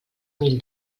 mil